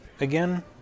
again